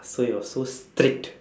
so it was so strict